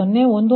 0 0